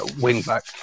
wing-back